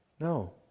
No